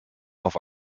auf